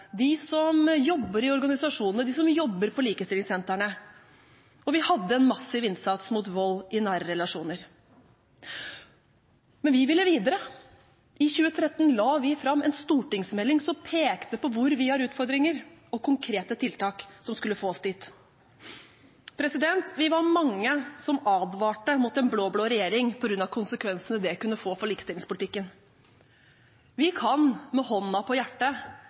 de som jobber i organisasjonene, de som jobber på likestillingssentrene, og vi hadde en massiv innsats mot vold i nære relasjoner. Men vi ville videre. I 2013 la vi fram en stortingsmelding som pekte på hvor vi har utfordringer, og konkrete tiltak som skulle få oss dit. Vi var mange som advarte mot en blå-blå regjering på grunn av konsekvensene det kunne få for likestillingspolitikken. Vi kan med hånden på hjertet